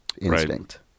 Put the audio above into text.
instinct